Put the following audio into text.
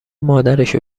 مادرشو